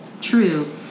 true